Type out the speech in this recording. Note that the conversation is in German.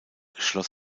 schloss